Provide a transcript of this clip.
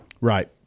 Right